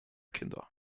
kinder